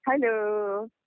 Hello